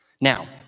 Now